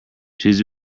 choose